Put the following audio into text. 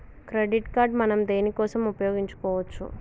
Credit card మనం దేనికోసం ఉపయోగించుకోవచ్చు?